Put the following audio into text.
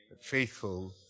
faithful